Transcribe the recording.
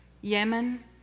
Yemen